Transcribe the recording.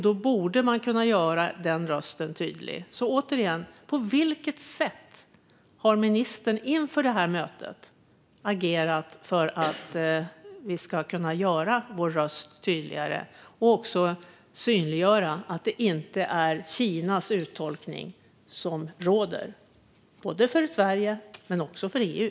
Då borde man kunna göra den rösten tydlig. Så återigen - på vilket sätt har ministern inför det här mötet agerat för att vi ska kunna göra vår röst tydligare och också synliggöra att det inte är Kinas uttolkning som råder, både för Sverige och för EU?